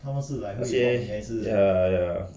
那些 ya ya